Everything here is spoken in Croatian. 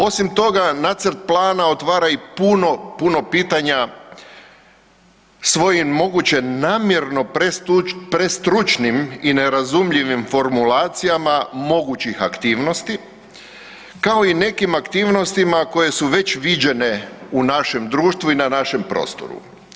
Osim toga, Nacrt plana otvara i puno, puno pitanja svojim namjerno prestručnim i nerazumljivim formulacijama mogućih aktivnosti kao i nekim aktivnostima koje su već viđene u našem društvu i na našem prostoru.